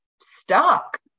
stuck